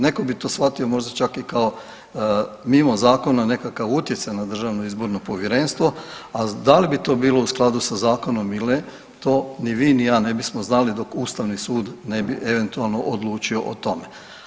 Netko bi to shvatio možda čak i kao mimo zakona nekakav utjecaj na Državno izborno povjerenstvo, a da li bi to bilo u skladu sa zakonom ili ne to ni vi ni ja ne bismo znali dok Ustavni sud ne bi eventualno odlučio o tome.